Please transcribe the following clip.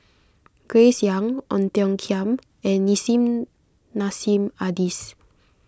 Grace Young Ong Tiong Khiam and Nissim Nassim Adis